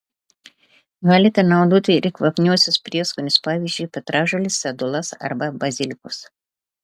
galite naudoti ir kvapniuosius prieskonius pavyzdžiui petražoles sedulas arba bazilikus